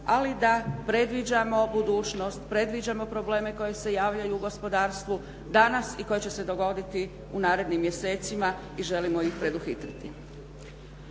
ali da predviđamo budućnost, predviđamo probleme koji se javljaju u gospodarstvu danas i koji će se dogoditi u narednim mjesecima i želimo ih preduhitriti.